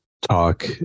talk